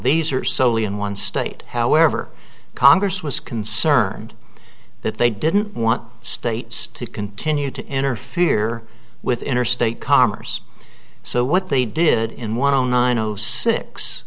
these are solely in one state however congress was concerned that they didn't want states to continue to interfere with interstate commerce so what they did in one nine zero six